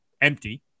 empty